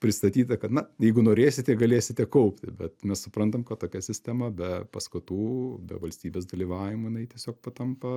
pristatyta kad na jeigu norėsite galėsite kaupti bet mes suprantam kad tokia sistema be paskatų be valstybės dalyvavimo jinai tiesiog patampa